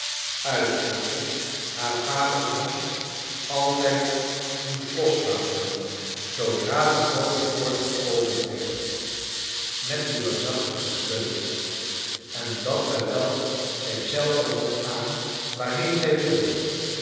uitgaande haar vaders hand altijd moest loslaten zoodra do groote poort gcopend werd met dien reusaehtigen sleutel en dat terwijl zij zelve mo ht gaan waarhcen zij wilde